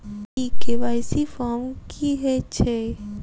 ई KYC form की हएत छै?